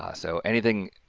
ah so, anything